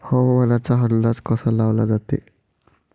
हवामानाचा अंदाज कसा लावला जाते?